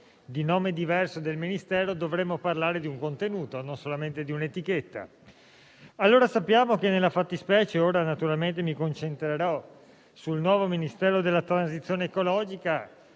di nome diverso di un Ministero, dovremmo parlare di un contenuto, non solamente di un'etichetta. Sappiamo che nella fattispecie - ora naturalmente mi concentrerò sul nuovo Ministero della transizione ecologica